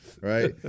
Right